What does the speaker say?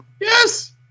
Yes